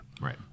Right